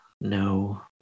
No